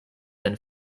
than